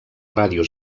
ràdio